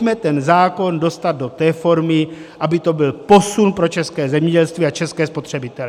Pojďme ten zákon dostat do té formy, aby to byl posun pro české zemědělství a české spotřebitele.